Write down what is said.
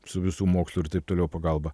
su visų mokslų ir taip toliau pagalba